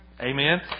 Amen